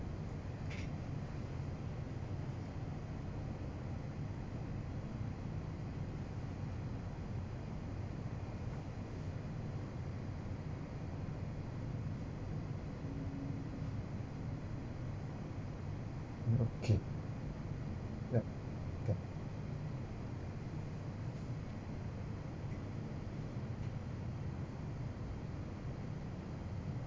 okay yup yup